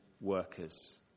workers